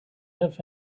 have